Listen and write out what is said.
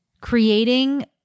creating